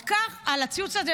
על הציוץ הזה,